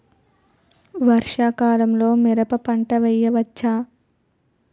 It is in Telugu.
వర్షాకాలంలో మిరప పంట వేయవచ్చా?